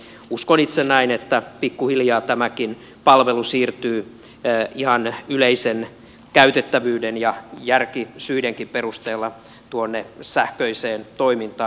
uskon itse näin että pikkuhiljaa tämäkin palvelu siirtyy ihan yleisen käytettävyyden ja järkisyidenkin perusteella tuonne sähköiseen toimintaan